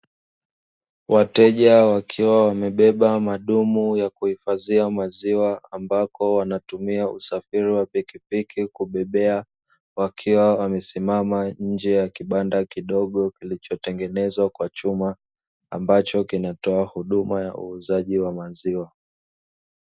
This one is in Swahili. Wateja wakiwa wamebeba madumu ya kuihifadhia maziwa, ambako wanatumia usafiri wa pikipiki kubebeka wakiwa wamesimama nje ya kibanda kidogo kilichotengenezwa kwa chuma, ambacho kinatoa huduma ya uuzaji wa maziwa.